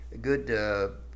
good